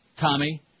Tommy